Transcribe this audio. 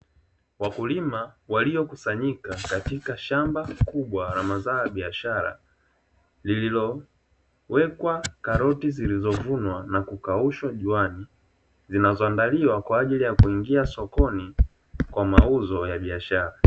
Wakulima waliokusanyika katika shamba kubwa la mazao ya biashara lililowekwa karoti zilizovunwa na kukaushwa juani, zinazoandaliwa kwa ajili ya kuingia sokoni kwa mauzo ya biashara.